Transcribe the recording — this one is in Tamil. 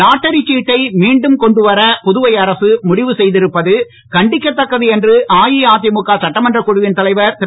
லாட்டரி சீட்டை மீண்டும் கொண்டுவர புதுவை அரசு முடிவு செய்திருப்பது கண்டிக்கத்தக்கது என்று அஇஅதிமுக சட்டமன்றக் குழுவின் தலைவர் திரு